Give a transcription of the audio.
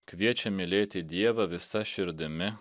kviečia mylėti dievą visa širdimi